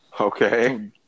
Okay